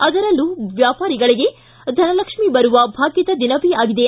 ಅದರಲ್ಲೂ ವ್ಯಾಪಾರಿಗಳಿಗೆ ಧನಲಕ್ಷ್ಮೀ ಬರುವ ಭಾಗ್ಗದ ದಿನವೇ ಆಗಿದೆ